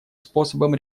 способом